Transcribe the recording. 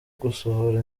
gusohora